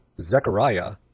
Zechariah